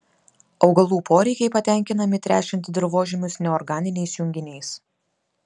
augalų poreikiai patenkinami tręšiant dirvožemius neorganiniais junginiais